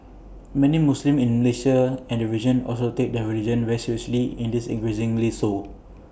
many Muslims in Malaysia and the region also take their religion very seriously and this increasingly so